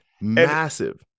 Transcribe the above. massive